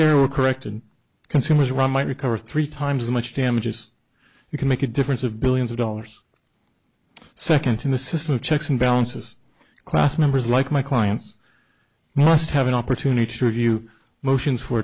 were corrected consumers run might recover three times as much damages you can make a difference of billions of dollars second to the system of checks and balances class members like my clients must have an opportunity to review motions for